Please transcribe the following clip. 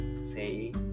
say